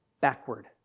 backward